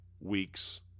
week's